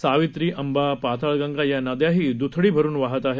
सावित्री अंबा पाताळगंगा या नद्याही द्थडी भरून वाहत आहेत